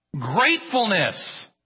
Gratefulness